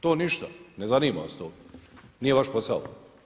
To ništa, ne zanima vas to, nije vaš posao?